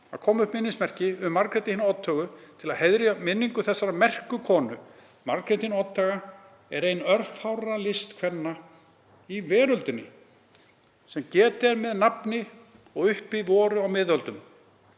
að koma upp minnismerki um Margréti hina oddhögu til að heiðra minningu þessarar merku konu. Margrét hin oddhaga er ein örfárra listkvenna í veröldinni sem getið er með nafni og uppi voru á miðöldum.